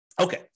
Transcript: Okay